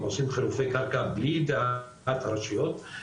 עושים חילופי קרקע בלי ידיעת הרשויות,